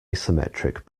asymmetric